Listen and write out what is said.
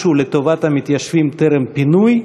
משהו לטובת המתיישבים טרם פינוי,